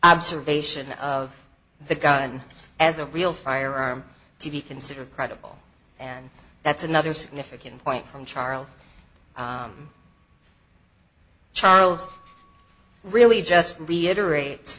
observation of the gun as a real firearm to be considered credible and that's another significant point from charles charles really just reiterate